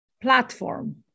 platform